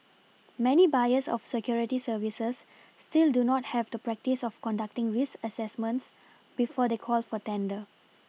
many buyers of security services still do not have the practice of conducting risk assessments before they call for tender